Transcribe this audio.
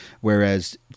whereas